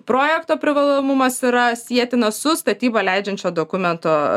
projekto privalomumas yra sietinas su statybą leidžiančio dokumento